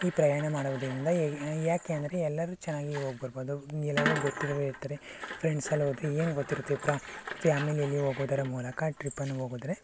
ಈ ಪ್ರಯಾಣ ಮಾಡುವದರಿಂದ ಏಕೆಂದರೆ ಎಲ್ಲರೂ ಚೆನ್ನಾಗಿ ಹೋಗಿಬರ್ಬೋದು ಎಲ್ಲರೂ ಗೊತ್ತಿರೋರು ಇರ್ತಾರೆ ಫ್ರೆಂಡ್ಸ್ ಎಲ್ಲ ಹೋಗಿ ಏನು ಗೊತ್ತಿರುತ್ತೆ ಫ್ಯಾಮಿಲಿಯಲ್ಲಿ ಹೋಗುವುದರ ಮೂಲಕ ಟ್ರಿಪ್ಪನ್ನು ಹೊಗೋದ್ರೆ